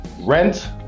Rent